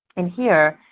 in here,